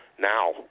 now